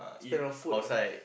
spend around food ah